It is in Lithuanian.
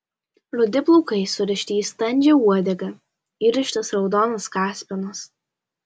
rudi plaukai surišti į standžią uodegą įrištas raudonas kaspinas